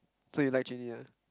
so you like Jun-Yi ah